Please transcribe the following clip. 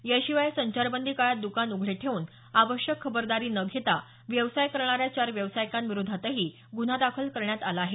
याशिवाय संचारबंदी काळात दुकान उघडे ठेवून आवश्यक खबरदारी न घेता व्यवसाय करणाऱ्या चार व्यावसायिकांविरोधातही गुन्हा दाखल करण्यात आला आहे